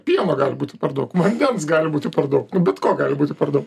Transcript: pieno gali būti per daug vandens gali būti per daug nu bet ko gali būti per daug